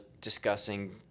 discussing